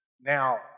Now